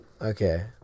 Okay